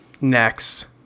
Next